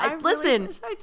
Listen